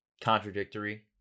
contradictory